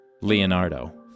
Leonardo